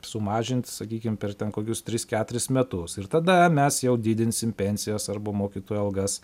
sumažint sakykim per kokius tris keturis metus ir tada mes jau didinsim pensijas arba mokytojų algas